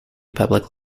public